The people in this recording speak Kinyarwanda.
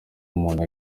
umuntu